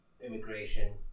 immigration